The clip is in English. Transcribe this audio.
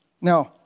now